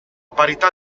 parità